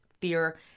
fear